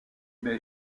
baies